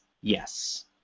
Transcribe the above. yes